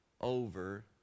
over